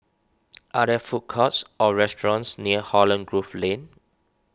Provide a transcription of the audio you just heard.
are there food courts or restaurants near Holland Grove Lane